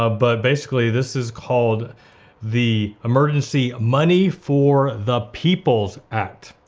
ah but basically this is called the emergency money for the peoples act.